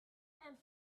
and